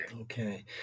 Okay